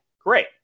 great